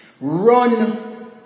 run